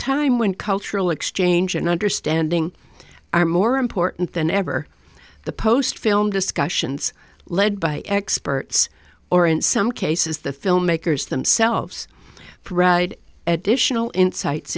time when cultural exchange and understanding are more important than ever the post film discussions led by experts or in some cases the filmmakers themselves brad additional insights